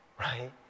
right